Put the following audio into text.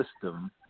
system